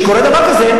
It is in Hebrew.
כשקורה דבר כזה,